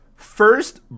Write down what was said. First